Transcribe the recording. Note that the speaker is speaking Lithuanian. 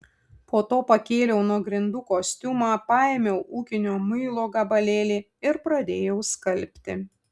po to pakėliau nuo grindų kostiumą paėmiau ūkinio muilo gabalėlį ir pradėjau skalbti